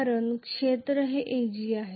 कारण क्षेत्र हे Ag आहे